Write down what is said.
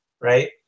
Right